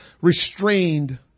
restrained